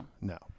no